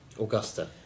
Augusta